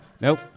Nope